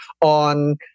on